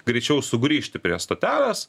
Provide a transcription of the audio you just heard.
greičiau sugrįžti prie stotelės